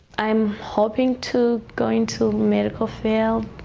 i'm hoping to going to medical fail.